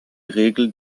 regel